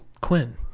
Quinn